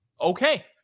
Okay